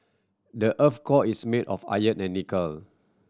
the earth's core is made of iron and nickel